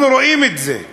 אנחנו רואים את זה,